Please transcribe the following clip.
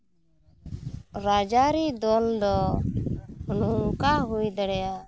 ᱨᱟᱡᱽᱼᱟᱹᱨᱤ ᱫᱚᱞ ᱫᱚ ᱱᱚᱝᱠᱟ ᱦᱩᱭ ᱫᱟᱲᱮᱭᱟᱜᱼᱟ